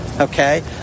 okay